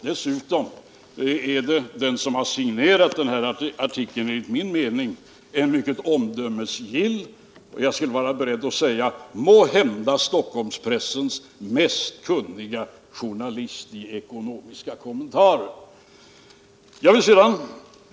Dessutom är den som har signerat artikeln enligt min mening en mycket omdömesgill och jag skulle vara beredd att säga måhända Stockholmspressens mest kunniga journalist när det gäller ekonomiska kommentarer.